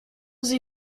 sie